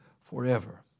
forever